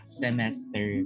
semester